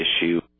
issue